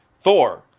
Thor